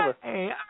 Hey